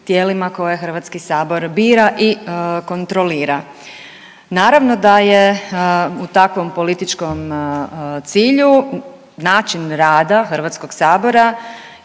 tijelima koje HS bira i kontrolira. Naravno da je u takvom političkom cilju način rada HS-a jedna